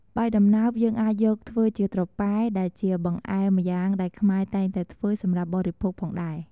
បាយដំណើបយើងអាចយកធ្វើជាត្រប៉ែ ដែលជាបង្អែមម្យ៉ាងដែលខ្មែរតែងតែធ្វើសម្រាប់បរិភោគផងដែរ។